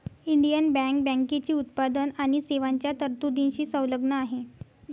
Indian bank बँकेची उत्पादन आणि सेवांच्या तरतुदींशी संलग्न आहे